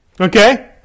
Okay